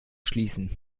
schließen